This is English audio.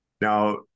Now